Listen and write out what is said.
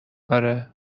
آره